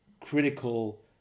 critical